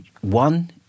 one